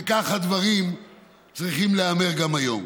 וכך הדברים צריכים להיאמר גם היום.